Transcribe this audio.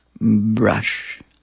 brush